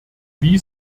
wie